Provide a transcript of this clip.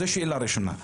זו שאלה ראשונה.